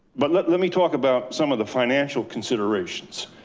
but let let me talk about some of the financial considerations.